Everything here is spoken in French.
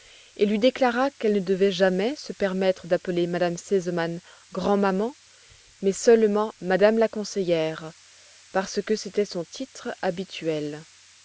et lui déclara qu'elle ne devait jamais se permettre d'appeler m me sesemann grand'maman mais seulement madame la conseillère parce que c'était son titre habituel